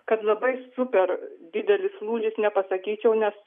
kad labai super didelis lūžis nepasakyčiau nes